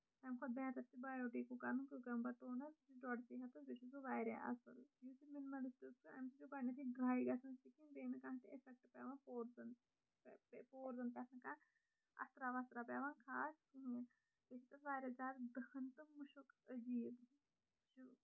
اَمہِ کھۄتہٕ بہتر چھُ بایوٹیکُک اَنُن کُکمبر ٹونر سُہ چھُ ڈۄڑٕسٕے ہَتس بیٚیہِ چھُ سُہ واریاہ اَصٕل یُس یِمَن میڈسن چھُ گۄڈٕنیتھٕے ڈراے گژھان سِکِن بیٚیہِ نہٕ اَمہِ سۭتۍ اِفیکٹ پیوان پورزَن پورزن پٮ۪ٹھ نہٕ کانہہ اَثرا وَثرا پیوان خاص بیٚیہِ چھِ اَتھ واریاہ زیادٕ دٔہن تہٕ مُشک عجیٖب